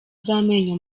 z’amenyo